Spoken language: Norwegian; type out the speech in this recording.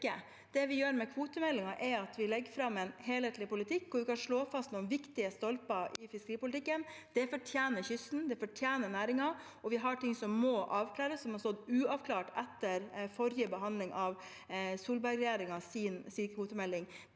Det vi gjør med kvotemeldingen, er at vi legger fram en helhetlig politikk og kan slå fast noen viktige stolper i fiskeripolitikken. Det fortjener kysten, og det fortjener næringen. Vi har ting som må avklares, som har stått uavklart etter forrige behandling av Solberg-regjeringens kvotemelding.